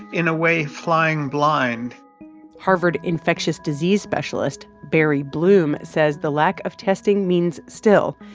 in a way, flying blind harvard infectious disease specialist barry bloom says the lack of testing means still,